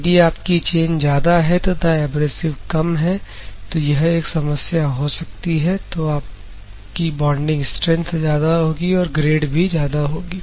यदि आपकी चेन ज्यादा है तथा एब्रेसिव कम है तो यह एक समस्या हो सकती है तो आपकी बॉन्डिंग स्ट्रैंथ ज्यादा होगी और ग्रेड भी ज्यादा होगी